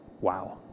Wow